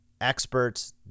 experts